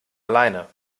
alleine